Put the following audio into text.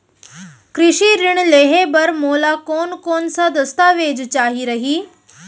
कृषि ऋण लेहे बर मोला कोन कोन स दस्तावेज चाही रही?